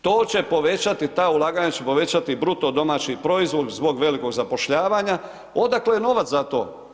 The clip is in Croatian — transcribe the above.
To će povećati, ta ulaganja će povećati BDP zbog velikog zapošljavanja, odakle novac za to?